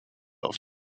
auf